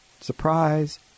Surprise